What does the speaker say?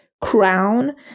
crown